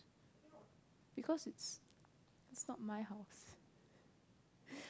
because it's it's not my house